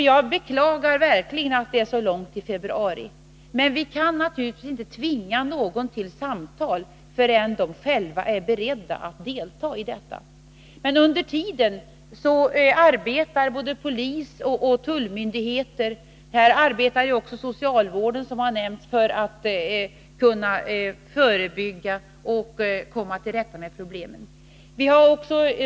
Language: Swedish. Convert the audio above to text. Jag beklagar verkligen att det är så långt till februari, men vi kan naturligtvis inte tvinga några till samtal förrän de själva är beredda att delta i sådana. Under tiden arbetar polis, tullmyndigheter och socialvård för att förebygga och komma till rätta med problemen.